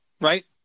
right